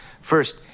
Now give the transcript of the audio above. First